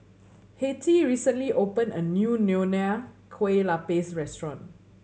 Hattie recently opened a new Nonya Kueh Lapis restaurant